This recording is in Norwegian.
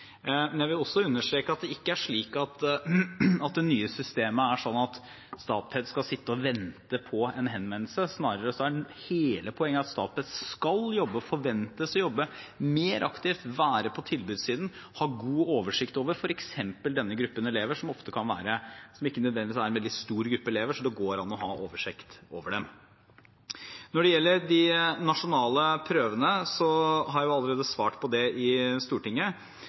Men jeg vil også understreke at det ikke er slik at det nye systemet er slik at Statped skal sitte og vente på en henvendelse. Snarere er hele poenget at Statped skal jobbe og forventes å jobbe mer aktivt, være på tilbudssiden, ha god oversikt over f.eks. denne gruppen elever, som ikke nødvendigvis er en veldig stor gruppe elever, så det går an å ha oversikt over dem. Når det gjelder de nasjonale prøvene, har jeg allerede svart på det i Stortinget.